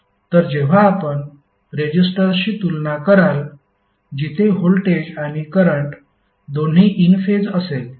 तर जेव्हा आपण रेजिस्टरशी तुलना कराल जिथे व्होल्टेज आणि करंट दोन्ही इन फेज असेल